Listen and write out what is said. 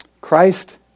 Christ